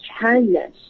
kindness